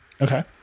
Okay